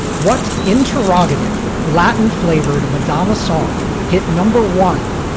what interrogative latin flavored madonna song hit number one,